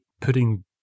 putting